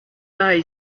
may